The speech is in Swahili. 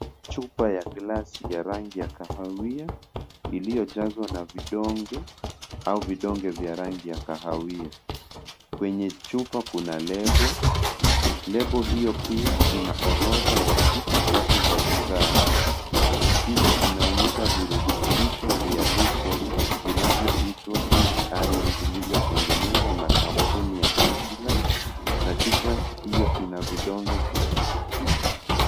Chupa ya glasi ya rangi ya kahawia, iliyojazwa na vidonge, au vidonge vya rangi ya kahawia. Kwenye chupa kuna label, label hiyo pia ina orodha ya sifa tatu za bidhaa, picha inaonyesha virutubisho vya lishe vinavyoitwa easy ion vilivyotengenezwa na kampuni Country Life, na chupa hiyo ina vidonge tisini.